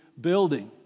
building